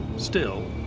still,